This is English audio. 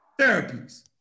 therapies